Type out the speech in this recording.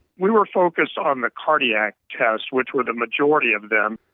we were focused on the cardiac tests, which were the majority of them,